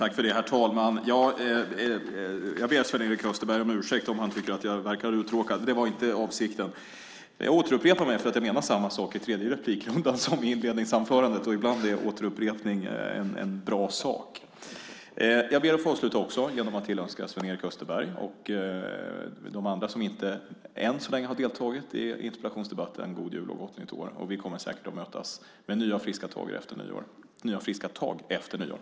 Herr talman! Jag ber Sven-Erik Österberg om ursäkt om han tycker att jag verkar uttråkad. Det var inte avsikten. Jag upprepar mig för att jag menar samma sak i det tredje inlägget som i inledningsanförandet. Ibland är det bra med återupprepningar. Jag avslutar med att tillönska Sven-Erik Österberg och de andra som ännu inte har deltagit i interpellationsdebatten god jul och gott nytt år. Vi kommer säkert att mötas med nya friska tag efter nyår.